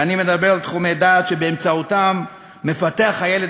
ואני מדבר על תחומי דעת שבאמצעותם מפתח הילד